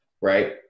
right